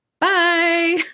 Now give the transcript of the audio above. Bye